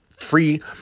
Free